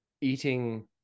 eating